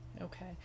Okay